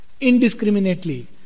indiscriminately